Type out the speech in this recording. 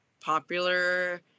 popular